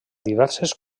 diverses